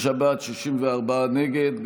55 בעד, 64 נגד.